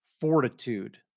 fortitude